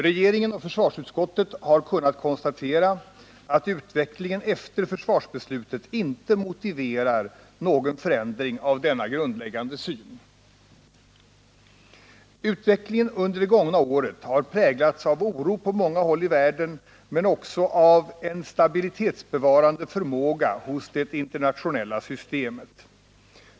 Regeringen och försvarsutskottet har kunnat konstatera att utvecklingen efter försvarsbeslutet inte motiverar någon förändring av denna grundläggande syn. : Utvecklingen under det gångna året har präglats av oro på många håll i världen men också av en stabilitetsbevarande förmåga hos det internationella systemet.